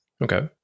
Okay